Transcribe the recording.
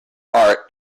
art